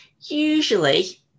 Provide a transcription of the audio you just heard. Usually